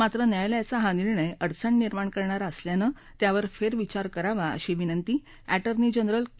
मात्र न्यायालयाचा हा निर्णय अडचण निर्माण करणारा असल्यानं त्यावर फेरविचार करावा अशी विनंती अटर्नी जनरल के